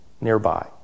nearby